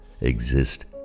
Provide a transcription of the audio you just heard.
exist